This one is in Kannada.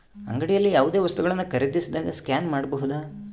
ಅಂಗಡಿಯಲ್ಲಿ ಯಾವುದೇ ವಸ್ತುಗಳನ್ನು ಖರೇದಿಸಿದಾಗ ಸ್ಕ್ಯಾನ್ ಮಾಡಬಹುದಾ?